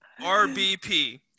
RBP